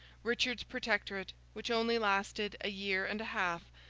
richard's protectorate, which only lasted a year and a half,